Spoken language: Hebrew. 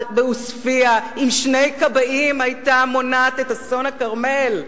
בעוספיא עם שני כבאים היתה מונעת את אסון הכרמל?